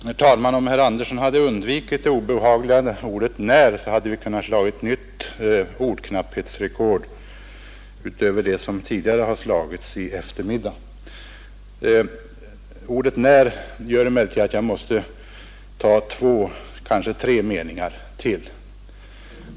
Herr talman! Om herr Andersson hade undvikit det obehagliga ordet när, hade vi kunnat sätta nytt ordknapphetsrekord och slå det som sattes i eftermiddag. Ordet när gör emellertid att jag måste tillägga två, kanske tre meningar.